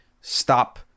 Stop